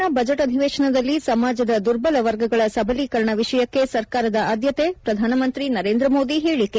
ಸಂಸತ್ತಿನ ಬಜೆಟ್ ಅಧಿವೇಶನದಲ್ಲಿ ಸಮಾಜದ ದುರ್ಬಲ ವರ್ಗಗಳ ಸಬಲೀಕರಣ ವಿಷಯಕ್ಕೆ ಸರ್ಕಾರದ ಆದ್ಗತೆ ಪ್ರಧಾನಮಂತ್ರಿ ನರೇಂದ್ರ ಮೋದಿ ಹೇಳಿಕೆ